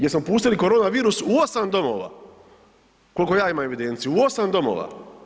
Jer smo pustili korona virus u 8 domova koliko ja imam evidenciju, u 8 domova.